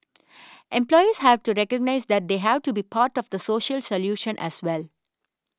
employers have to recognise that they have to be part of the social solution as well